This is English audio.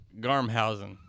garmhausen